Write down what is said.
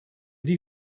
die